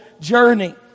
journey